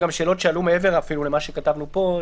וגם שאלות שעלו אפילו מעבר למה שכתבנו פה,